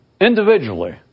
Individually